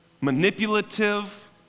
manipulative